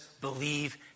believe